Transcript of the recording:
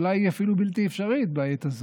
אולי היא אפילו בלתי אפשרית בעת הזאת,